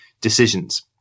decisions